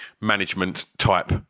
management-type –